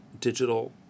digital